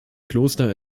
kloster